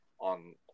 on